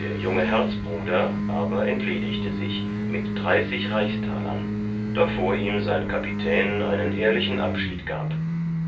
der junge herzbruder aber entledigte sich mit dreißig reichstalern davor ihm sein kapitän einen ehrlichen abschied gab